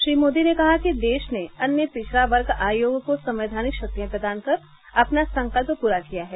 श्री मोदी ने कहा कि देश ने अन्य पिछड़ा वर्ग आयोग को संवैधानिक शक्तियां प्रदान कर अपना संकल्प पूरा किया है